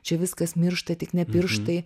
čia viskas miršta tik ne pirštai